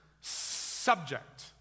subject